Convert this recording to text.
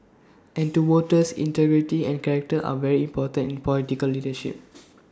and to voters integrity and character are very important in political leadership